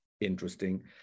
interesting